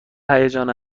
هیجان